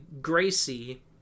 Gracie